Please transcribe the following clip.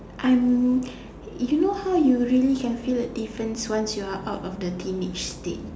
I'm you know how you really can feel the difference once you are out of the teenage state